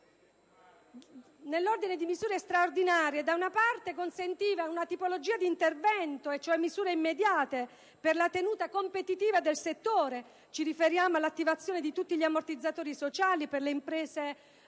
di proposte di misure straordinarie. Da una parte si consentiva una tipologia di intervento, e cioè misure immediate, per la tenuta competitiva del settore. Ci riferiamo all'attivazione di tutti gli ammortizzatori sociali per le imprese agricole